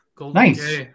Nice